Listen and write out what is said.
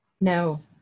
No